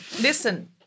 Listen